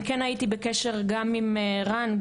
אני כן הייתי בקשר גם עם רן,